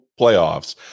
playoffs